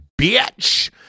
bitch